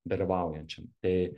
dalyvaujančiam tai